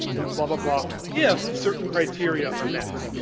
and blah, blah, blah, if certain criteria are met.